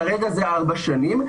וכרגע זה ארבע שנים,